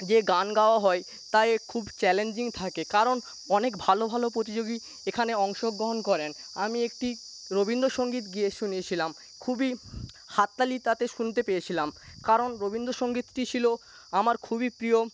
যে গান গাওয়া হয় তা খুব চ্যালেঞ্জিং থাকে কারণ অনেক ভালো ভালো প্রতিযোগী এখানে অংশগ্রহণ করেন আমি একটি রবীন্দ্রসঙ্গীত গেয়ে শুনিয়েছিলাম খুবই হাততালি তাতে শুনতে পেয়েছিলাম কারণ রবীন্দ্রসঙ্গীতটি ছিল আমার খুবই প্রিয়